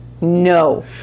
no